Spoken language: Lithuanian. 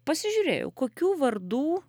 pasižiūrėjau kokių vardų